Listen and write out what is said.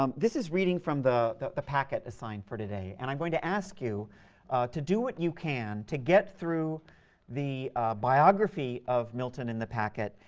um this is reading from the the packet assigned for today, and i'm going to ask you to do what you can to get through the biography of milton in the packet,